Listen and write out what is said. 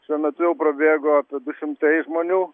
šiuo metu jau prabėgo apie du šimtai žmonių